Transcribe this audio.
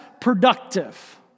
productive